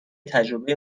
تجربه